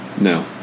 No